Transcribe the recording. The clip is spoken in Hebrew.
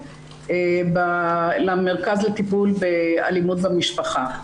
למרכז לטיפול באלימות במשפחה.